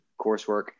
coursework